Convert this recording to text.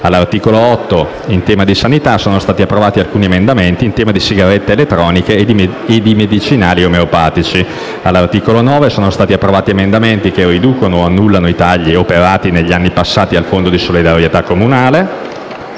All'articolo 8, in tema di sanità, sono stati approvati alcuni emendamenti in tema di sigarette elettroniche e di medicinali omeopatici. All'articolo 9 sono stati approvati emendamenti che riducono o annullano i tagli operati negli anni passati al Fondo di solidarietà comunale.